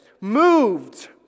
moved